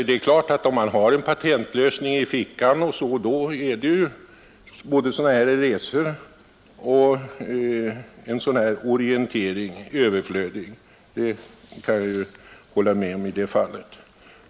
Det är klart att om man har en patentlösning i fickan är både sådana här resor och en sådan här orientering överflödiga — det kan jag hålla med om.